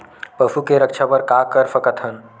पशु के रक्षा बर का कर सकत हन?